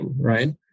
right